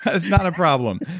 that's not a problem.